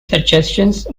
suggestions